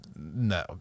no